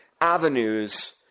avenues